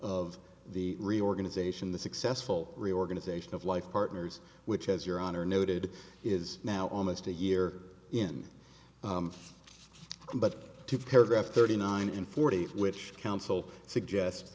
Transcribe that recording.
of the reorganization the successful reorganization of life partners which as your honor noted is now almost a year in can but two paragraphs thirty nine and forty which counsel suggest